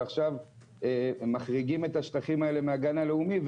ועכשיו מחריגים את השטחים האלה מהגן הלאומי,